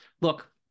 look